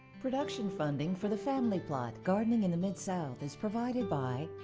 production funding for the family plot gardening in the mid-south is provided by.